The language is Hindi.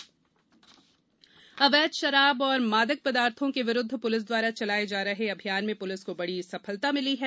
गांजा जब्त अवैध शराब और मादक पदार्थों के विरूद्व पुलिस द्वारा चलाये जा रहे अभियान में पुलिस को बड़ी सफलता मिली है